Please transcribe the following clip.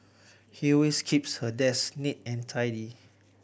he always keeps her desk neat and tidy